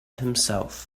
himself